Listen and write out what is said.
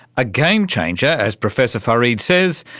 a game changer, as professor farid says,